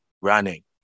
running